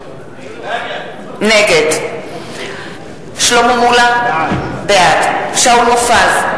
נגד שלמה מולה, בעד שאול מופז,